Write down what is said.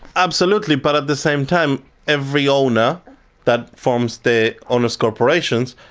absolutely. but at the same time every owner that forms the owners' corporations,